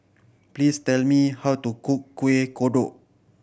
please tell me how to cook Kueh Kodok